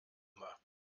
immer